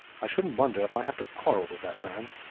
i shouldn't wonder if i have to quarrel with that man.